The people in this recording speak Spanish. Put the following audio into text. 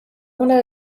una